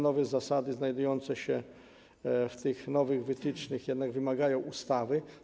Nowe zasady, znajdujące się w tych nowych wytycznych, wymagają ustawy.